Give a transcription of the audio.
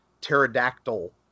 pterodactyl